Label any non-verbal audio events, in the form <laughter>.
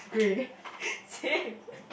same <laughs>